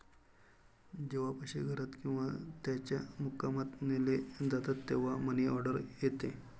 जेव्हा पैसे घरात किंवा त्याच्या मुक्कामात नेले जातात तेव्हा मनी ऑर्डर येते